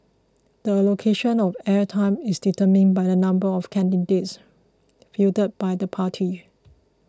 the allocation of air time is determined by the number of candidates fielded by the party